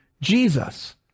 Jesus